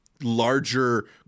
larger